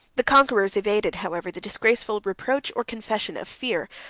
the conquerors evaded, however, the disgraceful reproach, or confession, of fear,